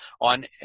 on